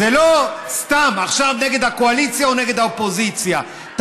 זה לא סתם עכשיו נגד הקואליציה או נגד האופוזיציה.